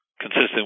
Consistent